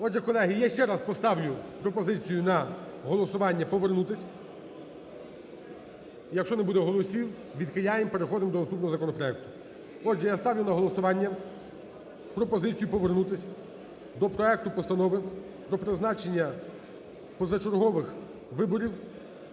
Отже, колеги, я ще раз поставлю пропозицію на голосування повернутись, якщо не буде голосів, відхиляємо, переходимо до наступного законопроекту. Отже, я ставлю на голосування пропозицію повернутись до проекту постанови про призначення позачергових виборів